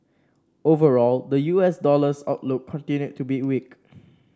overall the U S dollar's outlook continued to be weak